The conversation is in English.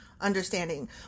understanding